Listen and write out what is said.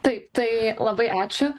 taip tai labai ačiū